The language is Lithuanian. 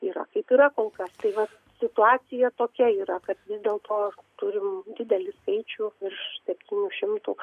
yra kaip yra kol kas tai vat situacija tokia yra kad dėl to turim didelį skaičiųvirš septynių šimtų